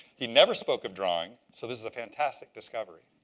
he never spoke of drawing, so this is a fantastic discovery!